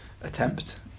attempt